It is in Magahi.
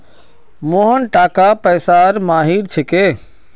मोहन टाका पैसार माहिर छिके